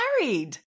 married